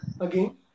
again